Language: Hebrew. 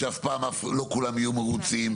שאף פעם לא כולם יהיו מרוצים,